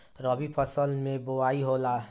रबी फसल मे बोआई होला?